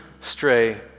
stray